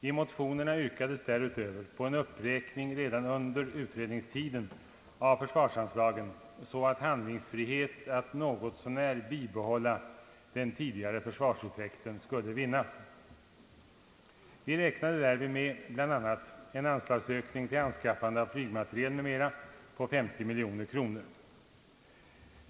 I motionerna yrkades därutöver på en uppräkning redan under utredningstiden av försvarsanslagen, så att handlingsfrihet att något så när bibehålla den tidigare försvarseffekten skulle vinnas. Vi räknade därvid bl.a. med en anslagsökning till anskaffandet av flygmateriel m.m. på 50 miljoner kronor.